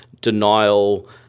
denial